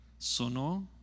Sonó